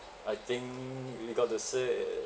I think we got to say